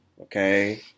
okay